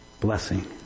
Blessing